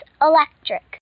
electric